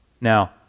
Now